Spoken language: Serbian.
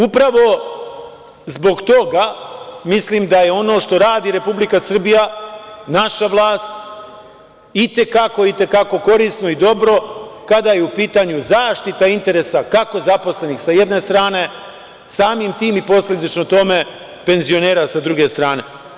Upravo zbog toga mislim da je ono što radi Republika Srbija, naša vlast i te kako korisno i dobro kada je u pitanju zaštita interesa kako zaposlenih sa jedne strane, samim tim i posledično tome penzionera sa druge strane.